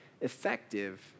effective